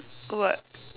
go what